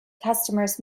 customers